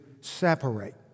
separate